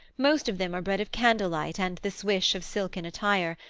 most of them are bred of candlelight and the swish of silken attire,